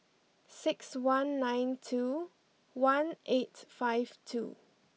six one nine two one eight five two